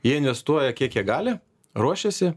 jie investuoja kiek jie gali ruošiasi